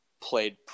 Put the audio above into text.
played